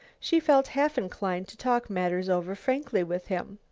she felt half-inclined to talk matters over frankly with him.